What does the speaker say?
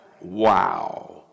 Wow